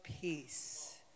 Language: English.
Peace